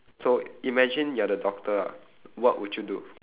so imagine you are the doctor ah what would you do